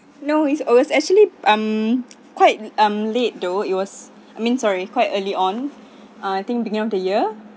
no it's always actually I'm quite um late though it was I mean sorry quite early on I think beginning of the year